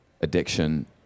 addiction